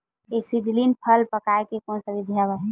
Acetylene फल पकाय के कोन सा विधि आवे?